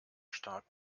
stark